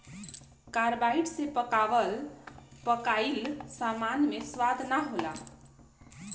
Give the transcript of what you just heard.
carbide से पकाइल सामान मे स्वाद ना होला